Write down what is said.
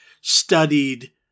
studied